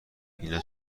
اینا